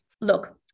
Look